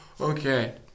okay